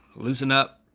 loosen up,